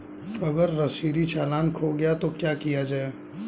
अगर रसीदी चालान खो गया तो क्या किया जाए?